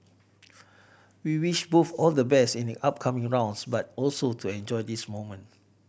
we wish both all the best in the upcoming rounds but also to enjoy this moment